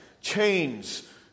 chains